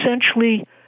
essentially